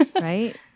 right